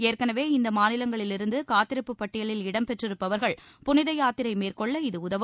ஏற்களவே இந்த மாநிலங்களிலிருந்து காத்திருப்பு பட்டியலில் இடம்பெற்றிருப்பவர்கள் புனித யாத்திரை மேற்கொள்ள இது உதவும்